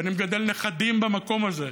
ואני מגדל נכדים במקום הזה.